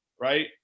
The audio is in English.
right